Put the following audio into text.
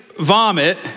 vomit